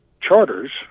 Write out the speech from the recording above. charters